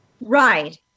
Right